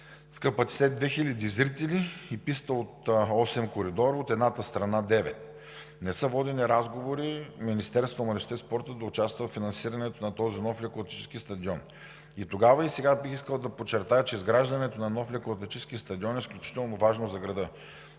капацитет 2 хиляди зрители и писта от 8 коридора, от едната страна – 9. Не са водени разговори Министерството на младежта и спорта да участва във финансирането на този нов лекоатлетически стадион. И тогава, и сега бих искал да подчертая, че изграждането на нов лекоатлетически стадион е изключително важно за града.